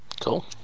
Cool